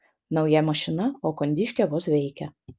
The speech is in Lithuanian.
nauja mašina o kondiškė vos veikia